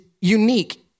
unique